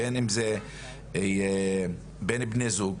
בין בני זוג,